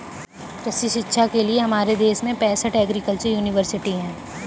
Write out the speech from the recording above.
कृषि शिक्षा के लिए हमारे देश में पैसठ एग्रीकल्चर यूनिवर्सिटी हैं